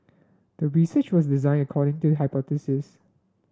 the research was designed according to the hypothesis